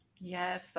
yes